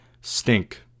stink